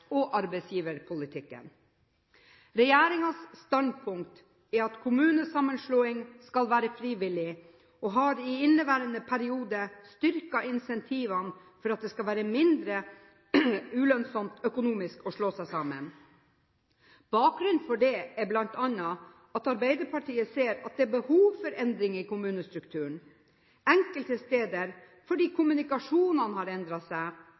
og arbeidsgiverpolitikken. Regjeringens standpunkt er at kommunesammenslåing skal være frivillig, og en har i inneværende periode styrket incentivene for at det skal være mindre ulønnsomt økonomisk å slå seg sammen. Bakgrunnen for det er bl.a. at Arbeiderpartiet ser at det er behov for endring i kommunestrukturen – enkelte steder fordi kommunikasjonene har endret seg,